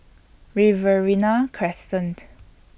Riverina Crescent